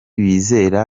bizera